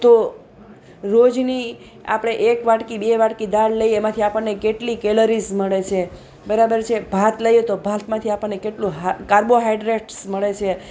તો રોજની આપણે એક વાટકી બે વાટકી દાળ લઈએ એમાંથી આપણને કેટલી કેલરીસ મળે છે બરાબર છે ભાત લઈએ તો ભાતમાંથી આપણને કેટલું કાર્બો હાઇડ્રેડસ મળે છે